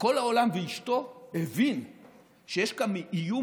כל העולם ואשתו הבינו שיש כאן איום